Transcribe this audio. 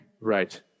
Right